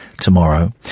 tomorrow